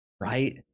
Right